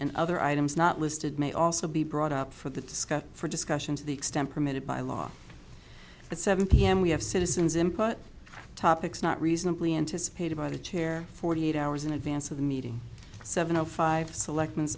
and other items not listed may also be brought up for the discussion for discussion to the extent permitted by law at seven pm we have citizens input topics not reasonably anticipated by the chair forty eight hours in advance of the meeting seven o five selections